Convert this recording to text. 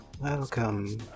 Welcome